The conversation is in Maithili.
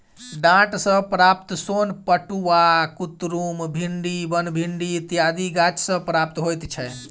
डांट सॅ प्राप्त सोन पटुआ, कुतरुम, भिंडी, बनभिंडी इत्यादि गाछ सॅ प्राप्त होइत छै